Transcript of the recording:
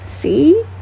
see